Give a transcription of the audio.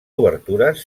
obertures